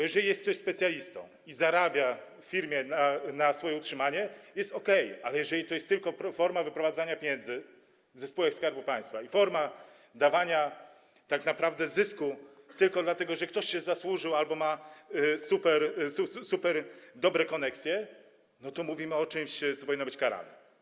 Jeżeli ktoś jest specjalistą i zarabia w firmie na swoje utrzymanie, jest okej, ale jeżeli to jest tylko forma wyprowadzania pieniędzy ze spółek Skarbu Państwa i forma dawania tak naprawdę zysku tylko dlatego, że ktoś się zasłużył albo ma super dobre koneksje, to mówimy o czymś, co powinno być karane.